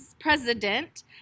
president